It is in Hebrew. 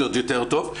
זה עוד יותר טוב,